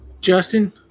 Justin